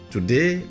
Today